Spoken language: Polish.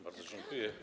Bardzo dziękuję.